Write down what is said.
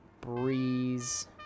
Breeze